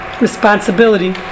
responsibility